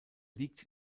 liegt